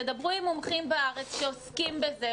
תדברו עם מומחים בארץ שעוסקים בזה,